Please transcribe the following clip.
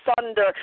thunder